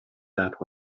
that